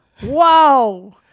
Whoa